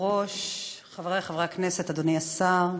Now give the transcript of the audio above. חברי חברי הכנסת, אדוני השר,